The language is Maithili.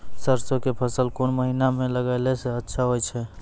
सरसों के फसल कोन महिना म लगैला सऽ अच्छा होय छै?